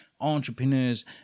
entrepreneurs